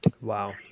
Wow